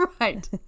Right